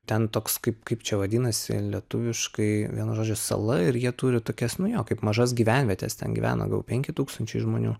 ten toks kaip kaip čia vadinasi lietuviškai vienu žodžiu sala ir jie turi tokias nu jo kaip mažas gyvenvietes ten gyvena gal penki tūkstančiai žmonių